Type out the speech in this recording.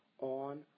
on